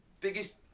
biggest